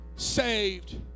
saved